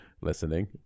listening